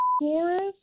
forest